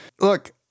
look